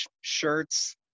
shirts